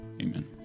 Amen